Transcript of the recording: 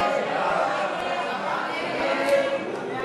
ההסתייגויות לסעיף 47,